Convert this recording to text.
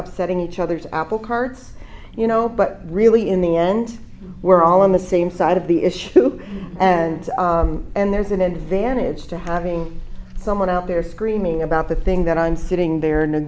upsetting each other's apple carts you know but really in the end we're all on the same side of the issue and and there's an advantage to having someone out there screaming about the thing that i'm sitting there